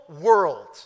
world